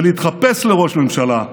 ולהתחפש לראש ממשלה,